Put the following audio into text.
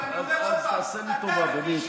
אז תעשה לי טובה, אדוני,